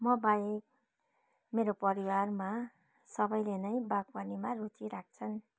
म बाहेक मेरो परिवारमा सबैले नै बागवानीमा रुचि राख्छन्